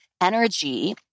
energy